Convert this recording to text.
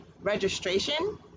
registration